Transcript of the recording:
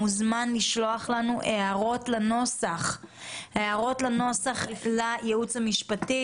מוזמן לשלוח לנו הערות לנוסח לייעוץ המשפטי.